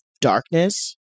darkness